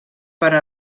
per